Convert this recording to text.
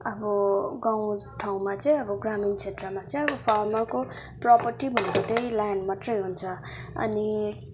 अब गाउँ ठाउँमा चाहिँ अब ग्रामीण क्षेत्रमा चाहिँ फार्मरको प्रपर्टी भनेको त्यही ल्यान्ड मात्रै हुन्छ अनि